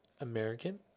American